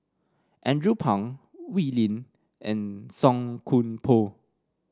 Andrew Phang Wee Lin and Song Koon Poh